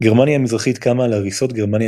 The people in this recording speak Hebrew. גרמניה המזרחית קמה על הריסות גרמניה